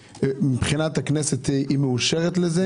הכנסת היא מאושרת לזה?